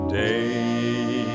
day